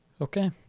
Okay